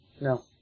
No